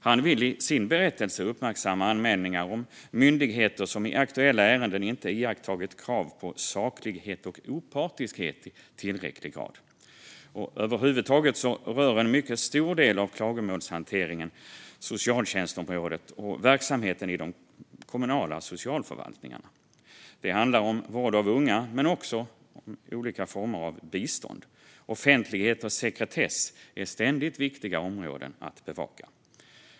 Han vill i sin berättelse uppmärksamma anmälningar om myndigheter som i aktuella ärenden inte iakttagit krav på saklighet och opartiskhet i tillräcklig grad. Över huvud taget rör en mycket stor del av klagomålshanteringen just socialtjänstområdet och verksamheten i de kommunala socialförvaltningarna. Det handlar om vård av unga men också om olika former av bistånd. Offentlighet och sekretess är ständigt viktiga områden att bevaka.